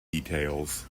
details